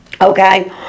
Okay